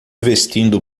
vestindo